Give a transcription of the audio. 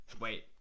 Wait